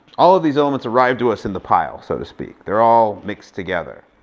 all of these elements arrive to us in the pile, so to speak. they're all mixed together.